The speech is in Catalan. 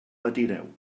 patireu